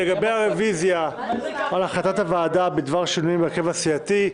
לגבי הרביזיה על החלטת הוועדה בדבר שינויים בהרכב הסיעתי,